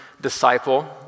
disciple